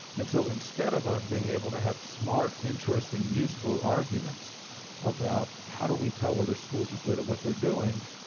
and so instead of us being able to have smart, interesting, useful arguments about how do we tell whether schools are good at what they're doing,